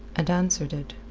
and answered it.